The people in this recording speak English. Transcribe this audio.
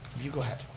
you go ahead.